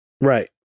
right